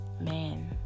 Man